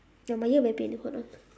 ya my ear very pain hold on